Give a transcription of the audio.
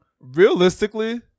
Realistically